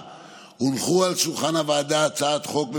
הונחה על שולחן הוועדה הצעת חוק ממשלתית,